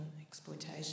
exploitation